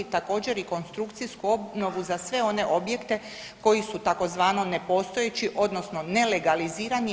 Također i konstrukcijsku obnovu za sve one objekte koji su tzv. nepostojeći, odnosno nelegalizirani.